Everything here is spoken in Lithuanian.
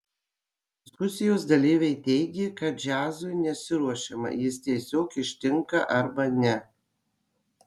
diskusijos dalyviai teigė kad džiazui nesiruošiama jis tiesiog ištinka arba ne